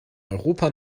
europa